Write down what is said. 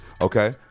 Okay